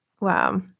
Wow